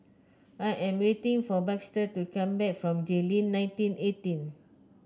I am waiting for Baxter to come back from Jayleen nineteen eighteen